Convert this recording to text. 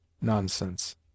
nonsense